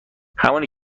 همونی